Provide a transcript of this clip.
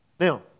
Now